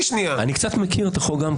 שנייה --- גם אני קצת מכיר את החוק,